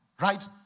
Right